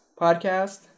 podcast